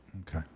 Okay